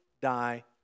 die